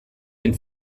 den